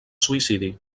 suïcidi